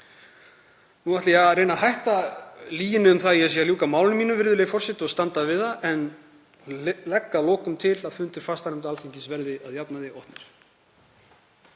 Nú ætla ég að reyna að hætta lyginni um að ég sé að ljúka máli mínu, virðulegi forseti, og standa við það. En ég legg að lokum til að fundir fastanefnda Alþingis verði að jafnaði opnir.